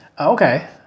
okay